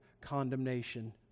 condemnation